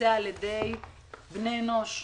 שהתבצע על ידי בני אנוש,